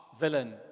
villain